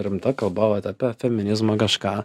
rimta kalba vat apie feminizmą kažką